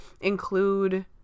include